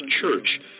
Church